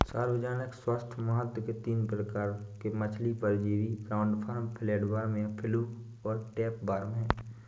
सार्वजनिक स्वास्थ्य महत्व के तीन प्रकार के मछली परजीवी राउंडवॉर्म, फ्लैटवर्म या फ्लूक और टैपवार्म है